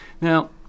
Now